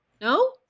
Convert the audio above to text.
No